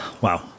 Wow